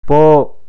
போ